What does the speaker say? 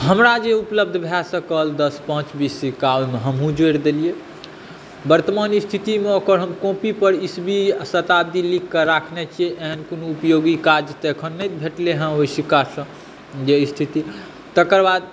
हमरा जे उपलब्ध भए सकल दश पाँच बीस सिक्का ओहिमे हमहुँ जोड़ि देलियै वर्तमान स्थितिमे ओकर हम कॉपी पर ईसवी शताब्दी लिखकऽ राखने छियै एहन कोनो उपयोगी काज तऽ अखन नहि भेटलै हँ ओहि सिक्कासॅं जे स्थिति तकर बाद